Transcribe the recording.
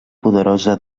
poderosa